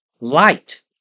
Light